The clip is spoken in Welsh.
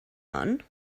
hon